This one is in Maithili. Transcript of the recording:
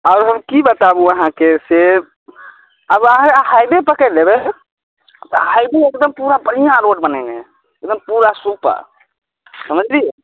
आब हम की बताबु अहाँकेँ से आब अहाँ हाइवे पकड़ि लेबै तऽ हाइवे एकदम पूरा बढ़िऑं रोड बनयने एकदम पूरा सुपर समझलियै